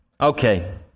Okay